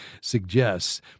suggests